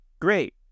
great